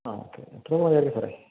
ആ ഇത്രയൊക്കെ മതിയായിരിക്കും സാർ